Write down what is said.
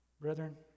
Brethren